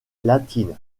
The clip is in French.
latines